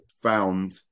found